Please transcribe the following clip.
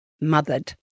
mothered